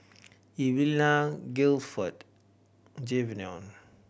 Evelena Gilford Jayvon